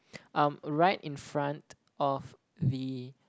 um right in front of the